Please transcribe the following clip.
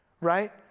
right